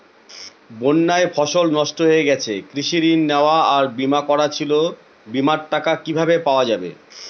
বন্যায় ফসল নষ্ট হয়ে গেছে কৃষি ঋণ নেওয়া আর বিমা করা ছিল বিমার টাকা কিভাবে পাওয়া যাবে?